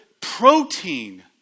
protein